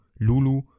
Lulu